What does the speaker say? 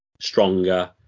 stronger